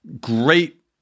great